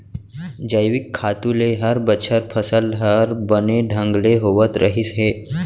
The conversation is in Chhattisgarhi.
जैविक खातू ले हर बछर फसल हर बने ढंग ले होवत रहिस हे